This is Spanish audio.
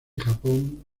japón